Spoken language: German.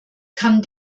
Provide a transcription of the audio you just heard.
kann